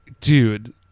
Dude